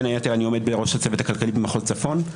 בין היתר אני עומד בראש הצוות הכלכלי במחוז צפון.